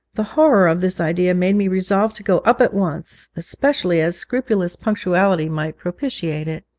the horror of this idea made me resolve to go up at once, especially as scrupulous punctuality might propitiate it.